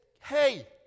Hey